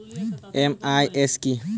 MIS কি?